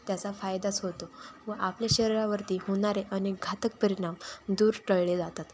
त्याचा फायदाच होतो व आपल्या शरीरावरती होणारे अनेक घातक परिणाम दूर टळले जातात